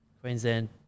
Queensland